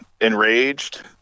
enraged